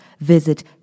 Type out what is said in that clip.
visit